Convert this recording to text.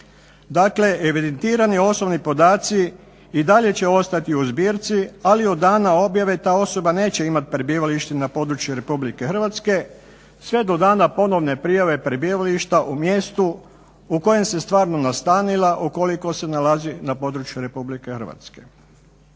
Dakle, evidentirani osobni podaci i dalje će ostati u zbirci ali od dana objave ta osoba neće imati prebivalište na području RH sve do dana ponovne prijave prebivališta u mjestu u kojem se stvarno nastanila ukoliko se nalazi na području RH.